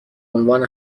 عنوان